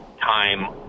time